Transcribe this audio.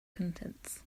contents